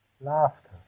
Laughter